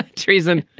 ah treason.